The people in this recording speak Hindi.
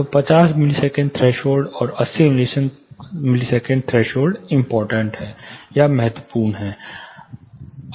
तो 50 मिली सेकेंड थ्रेशोल्ड और 80 मिली सेकेंड थ्रेशोल्ड महत्वपूर्ण हैं